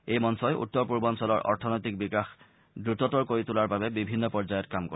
এই মঞ্চই উত্তৰ পূৰ্বাঞ্চলৰ অৰ্থনৈতিক বিকাশ দ্ৰততৰ কৰি তোলাৰ বাবে বিভিন্ন পৰ্যায়ত কাম কৰিব